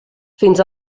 fins